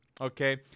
Okay